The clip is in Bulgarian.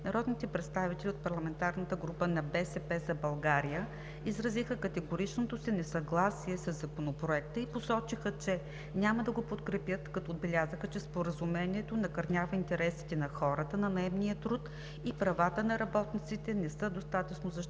Народните представители от парламентарната група на „БСП за България“ изразиха категоричното си несъгласие със Законопроекта и посочиха, че няма да го подкрепят, като отбелязаха, че Споразумението накърнява интересите на хората на наемния труд и правата на работниците не са достатъчно защитени,